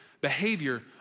behavior